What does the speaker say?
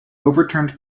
overturned